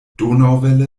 donauwelle